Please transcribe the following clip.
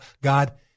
God